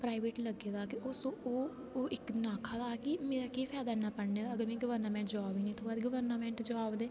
private लग्गे दा ओह् इक दिन आक्खा दा हि के मेरा केह् फाय्दा है इना पढने दा अगर मिगी गवर्नामेंट जाॅव गै नेई थ्होऐ गवर्नामेंट जाॅव दे